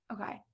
Okay